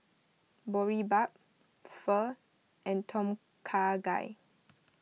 Boribap Pho and Tom Kha Gai